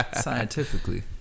Scientifically